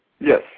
Yes